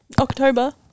October